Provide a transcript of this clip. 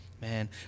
Man